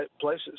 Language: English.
places